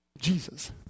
Jesus